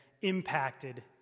impacted